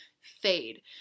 fade